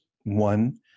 One